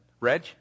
Reg